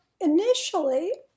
initially